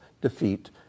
defeat